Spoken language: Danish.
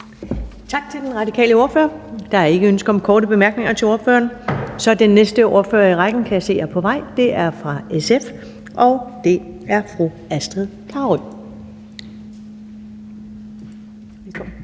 Tak til den radikale ordfører. Der er ikke ønske om korte bemærkninger til ordføreren. Så den næste ordfører i rækken, jeg kan se er på vej, er fru Astrid Carøe